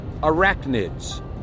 arachnids